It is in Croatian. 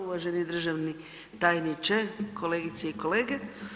Uvaženi državni tajniče, kolegice i kolege.